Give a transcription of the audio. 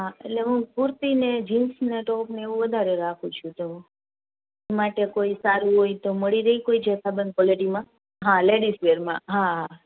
એટલે હું કુર્તી અને જીન્સના ટોપ ને એવું વધારે રાખો છો થોડું એને માટે કોઈ સારું હોય તો મળી રહે કોઈ જથ્થાબંધ ક્વોલિટીમાં આ લેડીઝ વેરમાં